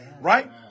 right